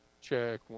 Check